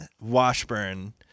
Washburn